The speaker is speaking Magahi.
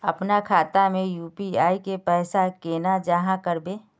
अपना खाता में यू.पी.आई के पैसा केना जाहा करबे?